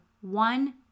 one